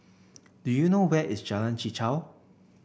do you know where is Jalan Chichau